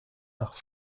nach